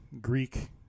Greek